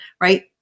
right